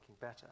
better